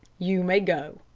you may go,